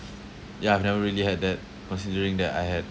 yeah I've never really had that considering that I had